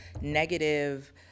negative